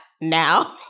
now